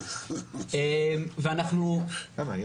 למה?